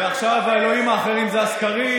ועכשיו האלוהים האחרים זה הסקרים